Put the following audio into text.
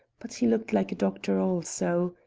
but he looked like a doctor also.